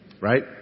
right